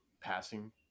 passing